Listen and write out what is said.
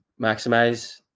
maximize